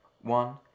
one